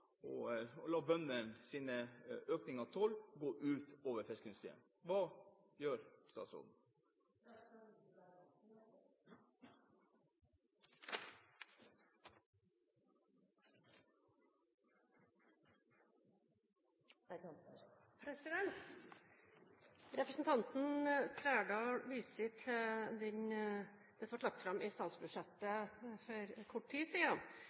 av toll gå ut over fiskeindustrien? Hva gjør statsråden? Representanten Trældal viser til det som ble lagt fram i statsbudsjettet for kort tid siden